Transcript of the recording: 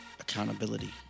Accountability